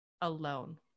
alone